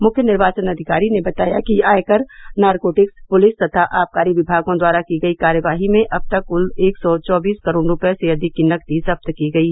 मुख्य निर्वाचन अधिकारी ने बताया कि आयकर नारकोटिक्स पुलिस तथा आबकारी विभागों द्वारा की गयी कार्यवाही में अब तक कुल एक सौ चौबीस करोड़ रूपये से अधिक की नगदी जब्त की गयी